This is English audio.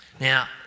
Now